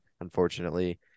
unfortunately